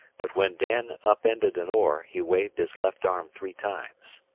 but when dan up-ended an oar he waved his left arm three times.